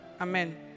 amen